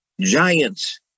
giants